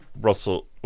Russell